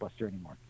anymore